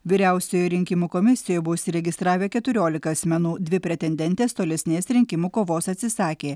vyriausioje rinkimų komisijoje buvo užsiregistravę keturiolika asmenų dvi pretendentės tolesnės rinkimų kovos atsisakė